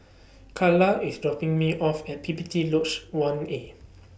Karla IS dropping Me off At P P T Lodge one A